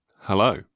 hello